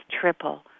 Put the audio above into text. triple